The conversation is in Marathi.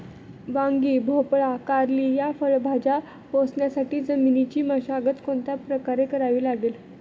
वांगी, भोपळा, कारली या फळभाज्या पोसण्यासाठी जमिनीची मशागत कोणत्या प्रकारे करावी लागेल?